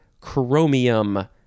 chromium